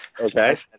Okay